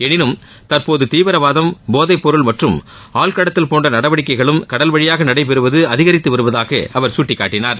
எனினும் தற்போது தீவிரவாதம் போதைப்பொருள் மற்றும் ஆள் கடத்தல் போன்ற நடவடிக்கைகளும் கடல்வழியாக நடடபெறுவது அதிகரித்து வருவதாக அவர் சுட்டிக்காட்டினார்